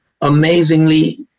amazingly